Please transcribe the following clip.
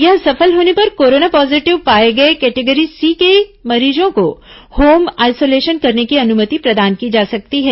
यह सफल होने पर कोरोना पॉजीटिव पाए गए केटेगरी सी के मरीजों को होम आइसोलेशन करने की अनुमति प्रदान की जा सकती है